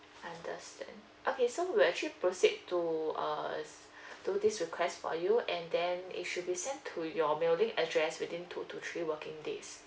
understand okay so we'll actually proceed to uh s~ do this request for you and then it should be sent to your mailing address within two to three working days